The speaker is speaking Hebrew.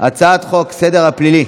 הצעת חוק סדר הדין הפלילי